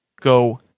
go